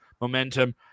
momentum